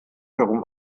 herum